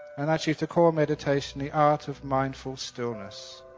and actually to call meditation the art of mindful stillness.